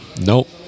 Nope